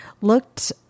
Looked